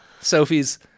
Sophie's